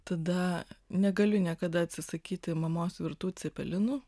tada negaliu niekada atsisakyti mamos virtų cepelinų